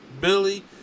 Billy